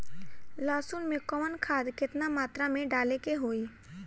लहसुन में कवन खाद केतना मात्रा में डाले के होई?